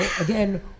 again